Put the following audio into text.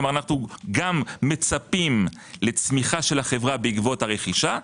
כלומר אנחנו גם מצפים לצמיחה של החברה בעקבות הרכישה,